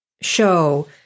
show